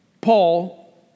Paul